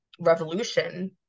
revolution